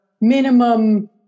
minimum